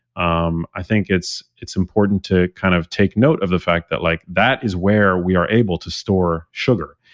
um i think it's it's important to kind of take note of the fact that like that is where we are able to store sugar.